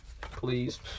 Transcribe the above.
Please